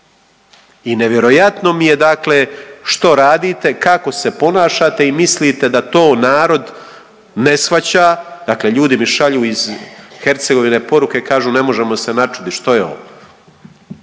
I nevjerojatno mi je što radite, kako se ponašate i mislite da to narod ne shvaća. Dakle, ljudi mi šalju iz Hercegovine poruke kažu ne možemo se načudit što je ovo,